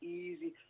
easy